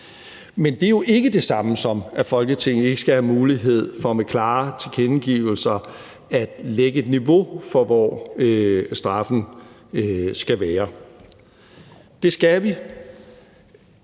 Men det er jo ikke det samme, som at Folketinget ikke skal have mulighed for med klare tilkendegivelser at lægge et niveau for, hvor straffen skal være. Det skal vi,